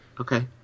Okay